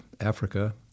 Africa